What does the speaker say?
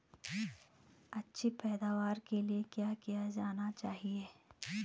अच्छी पैदावार के लिए क्या किया जाना चाहिए?